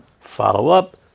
follow-up